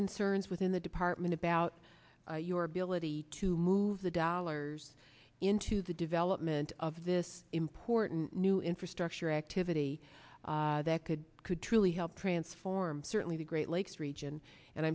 concerns within the department about your ability to move the dollars into the development of this important new infrastructure activity that could could truly help transform certainly the great lakes region and